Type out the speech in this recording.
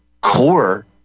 core